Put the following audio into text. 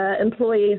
employees